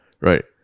right